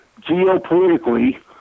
geopolitically